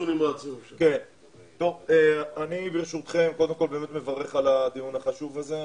אני מברך על הדיון החשוב הזה.